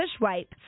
wipe